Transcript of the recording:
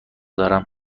دارم